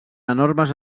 enormes